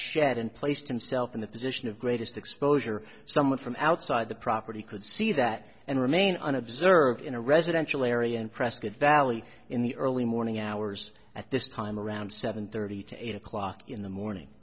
shed and placed himself in the position of greatest exposure someone from outside the property could see that and remain unobserved in a residential area and prescot valley in the early morning hours at this time around seven thirty to eight o'clock in the morning